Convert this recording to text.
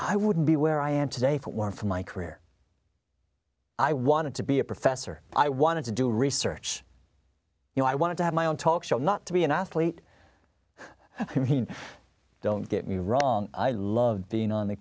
i wouldn't be where i am today if it weren't for my career i wanted to be a professor i wanted to do research you know i wanted to have my own talk show not to be an athlete i mean don't get me wrong i love being on the